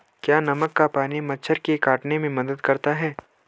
क्या नमक का पानी मच्छर के काटने में मदद करता है?